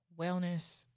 wellness